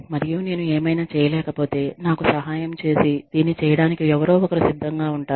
మరియు నేను ఏమైన చేయలేకపోతే నాకు సహాయం చేసి దీన్ని చేయడానికి ఎవరో ఒకరు సిద్ధంగా ఉంటారు